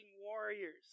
Warriors